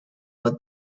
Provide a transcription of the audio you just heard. but